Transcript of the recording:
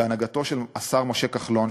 בהנהגתו של השר משה כחלון,